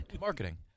Marketing